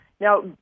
Now